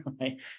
right